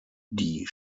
die